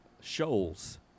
shoals